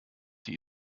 die